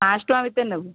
ପାଞ୍ଚଶହ ଟଙ୍କା ଭିତରେ ନେବୁ